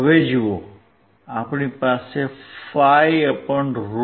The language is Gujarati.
હવે જુઓ આપણી પાસે 5√ 2